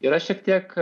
ir aš šiek tiek